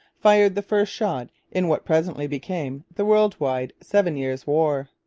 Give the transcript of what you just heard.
fired the first shot in what presently became the world-wide seven years' war.